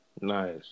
nice